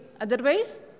Otherwise